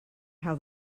how